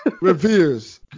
reveres